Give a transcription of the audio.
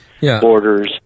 Borders